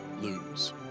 lose